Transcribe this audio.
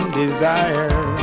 desire